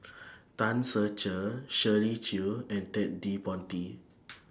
Tan Ser Cher Shirley Chew and Ted De Ponti